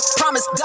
promise